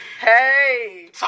hey